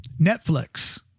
netflix